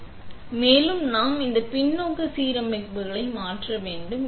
எனவே அது உள்ளது ஆனால் மேலும் நாம் இந்த பின்னோக்கு சீரமைப்புகளை மாற்ற வேண்டும்